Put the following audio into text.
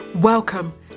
Welcome